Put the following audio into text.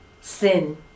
sin